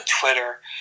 Twitter